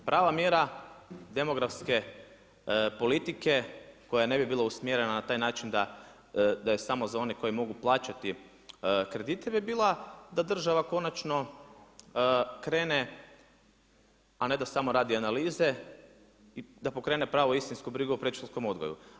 Prava mjera demografske politike koja ne bi bila usmjerena na taj način da je samo za one koji mogu plaćati kredite bi bila da država konačno krene, a ne da samo radi analize i da pokrene pravu istinsku brigu o predškolskom odgoju.